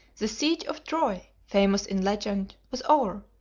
the siege of troy, famous in legend, was over,